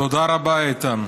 תודה רבה, איתן.